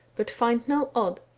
but find no odd,